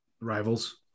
rivals